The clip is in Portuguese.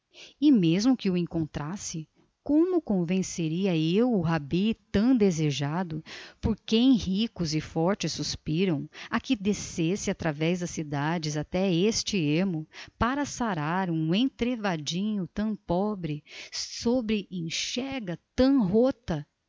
e mesmo que o encontrasse como convenceria eu o rabi tão desejado por quem ricos e fortes suspiram a que descesse através das cidades até este ermo para sarar um entrevadinho tão pobre sobre enxerga tão rota